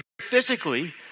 physically